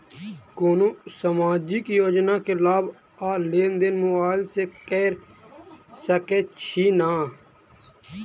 कोनो सामाजिक योजना केँ लाभ आ लेनदेन मोबाइल सँ कैर सकै छिःना?